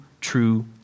true